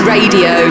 Radio